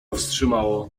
wstrzymało